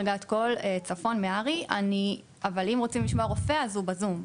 אם רוצים לשמוע רופא, הוא בזום.